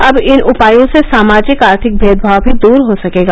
अब इन उपायों से सामाजिक आर्थिक भेदभाव भी दर हो सकेगा